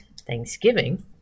Thanksgiving